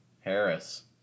Harris